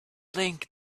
playing